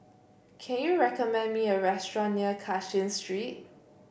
can you recommend me a restaurant near Cashin Street